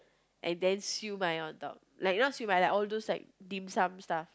and then siew mai on top like not siew mai all those like dim sum stuff